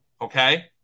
Okay